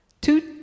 two